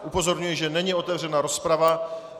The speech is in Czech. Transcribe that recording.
Upozorňuji, že není otevřena rozprava.